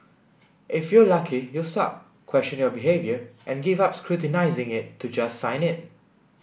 if you're lucky you'll stop question your behaviour and give up scrutinising it to just sign it